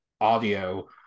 audio